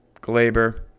Glaber